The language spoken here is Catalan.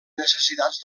necessitats